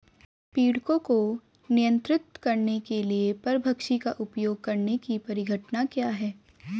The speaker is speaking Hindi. पीड़कों को नियंत्रित करने के लिए परभक्षी का उपयोग करने की परिघटना क्या है?